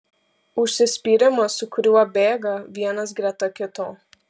užsispyrimas su kuriuo bėga vienas greta kito